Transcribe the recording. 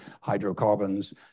hydrocarbons